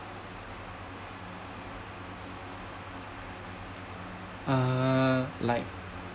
uh like